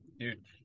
Dude